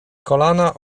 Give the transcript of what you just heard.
kolana